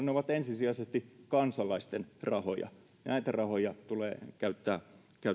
ne ovat ensisijaisesti kansalaisten rahoja näitä rahoja tulee käyttää